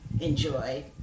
enjoy